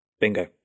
Bingo